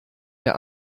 der